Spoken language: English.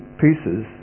pieces